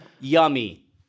Yummy